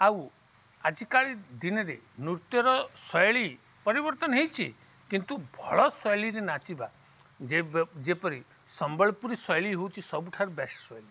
ଆଉ ଆଜିକାଲି ଦିନରେ ନୃତ୍ୟର ଶୈଳୀ ପରିବର୍ତ୍ତନ ହେଇଛି କିନ୍ତୁ ଭଲ ଶୈଳୀରେ ନାଚିବା ଯେପରି ସମ୍ବଲପୁରୀ ଶୈଳୀ ହଉଛି ସବୁଠାରୁ ବେଷ୍ଟ୍ ଶୈଳୀ